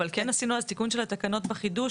אבל כן עשינו אז תיקון של התקנות בחידוש,